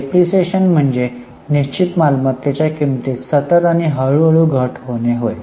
depreciation म्हणजे निश्चित मालमत्तेच्या किमतीत सतत आणि हळूहळू घट होणे होय